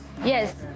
Yes